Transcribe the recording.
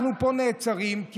אנחנו נעצרים פה,